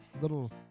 little